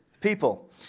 people